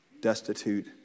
destitute